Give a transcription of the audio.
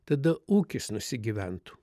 tada ūkis nusigyventų